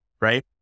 right